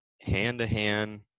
hand-to-hand